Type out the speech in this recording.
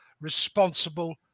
responsible